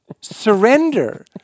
surrender